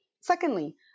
Secondly